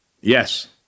Yes